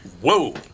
Whoa